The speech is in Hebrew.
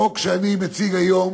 החוק שאני מציג היום